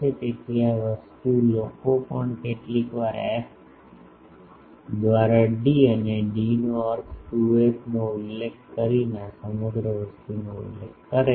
તેથી આ વસ્તુ લોકો પણ કેટલીકવાર f દ્વારા d d નો અર્થ 2f નો ઉલ્લેખ કરીને આ સમગ્ર વસ્તુનો ઉલ્લેખ કરે છે